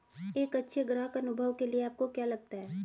एक अच्छे ग्राहक अनुभव के लिए आपको क्या लगता है?